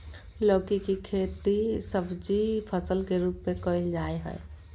लौकी के खेती सब्जी फसल के रूप में कइल जाय हइ